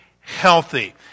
healthy